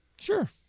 Sure